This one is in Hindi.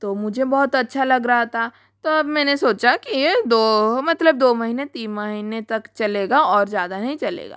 तो मुझे बहुत अच्छा लग रहा था तब मैंने सोचा कि ये दो मतलब दो महीने तीन महीने तक चलेगा और ज़्यादा नहीं चलेगा